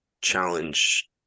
challenge